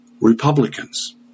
Republicans